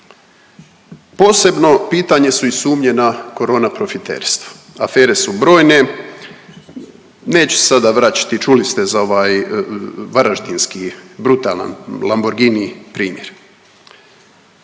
Posebno pitanje su i sumnje na korona profiterstvo, afere su brojne, neću se sada vraćati, čuli ste za ovaj varaždinski brutalan Lamborgini primjer.